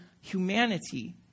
humanity